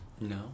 No